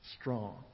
strong